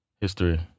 history